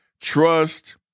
trust